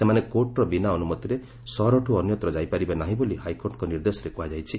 ସେମାନେ କୋର୍ଟର ବିନା ଅନୁମତିରେ ସହରଠୁ ଅନ୍ୟତ୍ର ଯାଇପାରିବେ ନାହିଁ ବୋଲି ହାଇକୋର୍ଟଙ୍କ ନିର୍ଦ୍ଦେଶରେ କୁହାଯାଇଛି